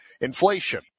inflation